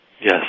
Yes